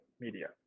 Media